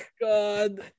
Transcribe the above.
God